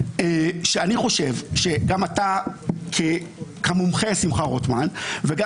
שאני חושב שגם אתה כמומחה שמחה רוטמן וגם